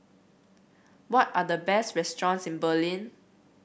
what are the best restaurants in Berlin